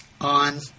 on